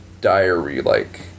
diary-like